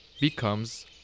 becomes